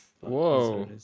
Whoa